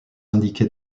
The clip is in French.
indiquée